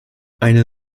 eine